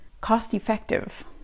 cost-effective